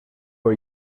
are